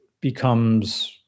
becomes